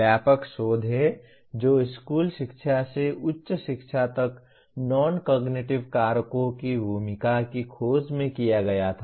व्यापक शोध है जो स्कूल शिक्षा से उच्च शिक्षा तक नॉन कॉग्निटिव कारकों की भूमिका की खोज में किया गया था